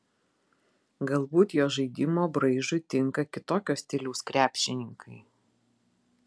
galbūt jo žaidimo braižui tinka kitokio stiliaus krepšininkai